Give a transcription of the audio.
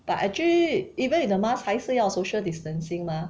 but actually even with the mask 还是要 social distancing mah